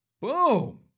Boom